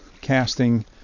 casting